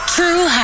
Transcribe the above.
True